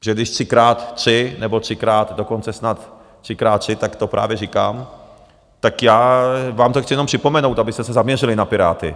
Že když třikrát tři nebo třikrát, dokonce snad třikrát tři, tak to právě říkám, tak já vám to chci jenom připomenout, abyste se zaměřili na Piráty.